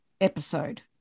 episode